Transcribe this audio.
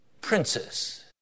princess